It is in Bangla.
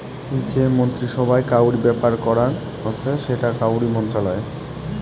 যে মন্ত্রী সভায় কাউরি ব্যাপার করাং হসে সেটা কাউরি মন্ত্রণালয়